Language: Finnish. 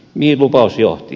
mihin lupaus johti